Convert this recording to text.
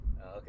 Okay